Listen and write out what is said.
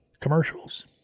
commercials